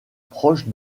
proche